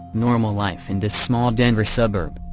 normal life in this small denver suburb.